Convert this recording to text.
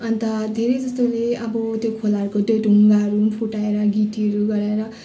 अन्त धेरै जस्तोले अब त्यो खोलाहरूको त्यो ढुङ्गाहरू पनि फुटाएर गिटीहरू गरेर